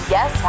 Yes